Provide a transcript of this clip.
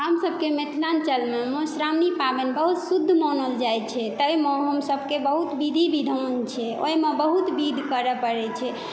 हम सबके मिथिलाञ्चलमे मधु श्रावणी पावनि बहुत शुद्ध मानल जाइ छै ताहिमे हम सबके बहुत विधि विधान छै ओहिमे बहुत विध करऽ पड़ै छै